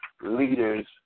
leaders